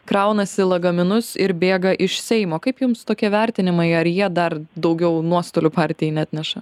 kraunasi lagaminus ir bėga iš seimo kaip jums tokie vertinimai ar jie dar daugiau nuostolių partijai neatneša